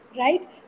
Right